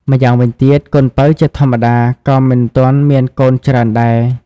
ម្យ៉ាងវិញទៀត កូនពៅជាធម្មតា ក៏មិនទាន់មានកូនច្រើនដែរ។